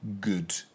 good